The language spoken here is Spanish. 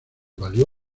valió